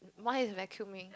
why is vacuuming